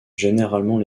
généralement